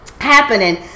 happening